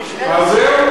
אז זהו.